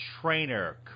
trainer